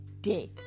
day